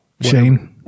Shane